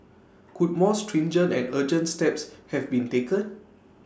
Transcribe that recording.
could more stringent and urgent steps have been taken